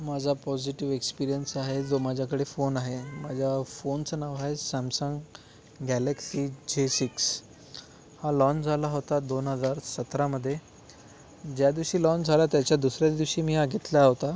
माझा positive experience आहे जो माझ्याकडे फोन आहे माझ्या फोनचं नाव आहे सॅमसंग गॅलेक्सी जे सिक्स हा लॉन्च झाला होता दोन हजार सतरामध्ये ज्या दिवशी लॉन्च झाला त्याच्या दुसऱ्या दिवशी मी हा घेतला होता